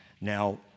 Now